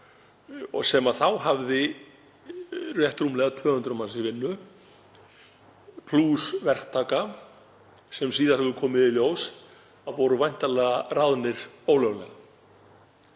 sem þá hafði rétt rúmlega 200 manns í vinnu plús verktaka sem síðar hefur komið í ljós að voru væntanlega ráðnir ólöglega.